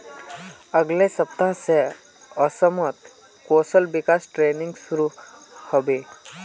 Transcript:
अगले सप्ताह स असमत कौशल विकास ट्रेनिंग शुरू ह बे